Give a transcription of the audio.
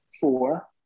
Four